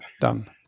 done